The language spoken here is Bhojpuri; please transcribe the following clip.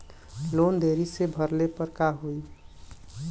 लोन देरी से भरले पर का होई?